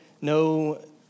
no